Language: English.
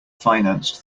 financed